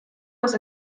was